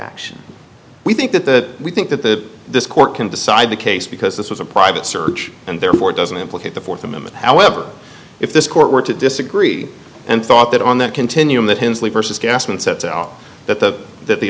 action we think that we think that this court can decide the case because this was a private search and therefore it doesn't implicate the fourth amendment however if this court were to disagree and thought that on that continuum that his sleep ursus gasman sets out that the that the